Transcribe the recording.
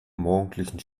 morgendlichen